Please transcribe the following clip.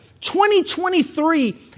2023